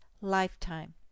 lifetime